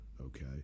Okay